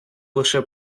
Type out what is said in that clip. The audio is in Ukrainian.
лише